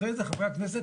אחרי זה חברי הכנסת,